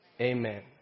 Amen